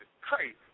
crazy